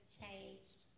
changed